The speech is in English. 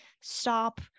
stop